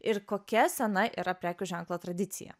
ir kokia sena yra prekių ženklo tradicija